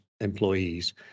employees